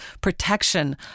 protection